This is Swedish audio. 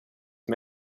men